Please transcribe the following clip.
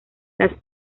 las